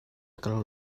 kal